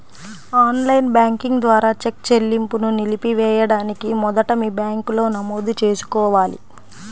on line banking ద్వారా cheque చెల్లింపును నిలిపివేయడానికి మొదట మీ బ్యాంకులో నమోదు చేసుకోవాలి